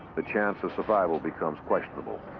the chance of survival becomes questionable.